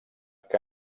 que